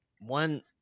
one